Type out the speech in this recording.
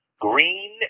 green